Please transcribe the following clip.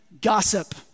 gossip